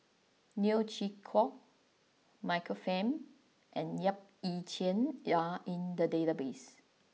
Neo Chwee Kok Michael Fam and Yap Ee Chian are in the database